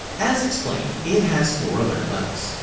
as explained, it has four alert levels.